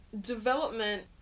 development